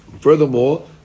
Furthermore